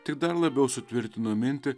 tik dar labiau sutvirtino mintį